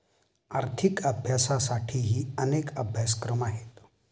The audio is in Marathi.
आर्थिक अभ्यासासाठीही अनेक अभ्यासक्रम आहेत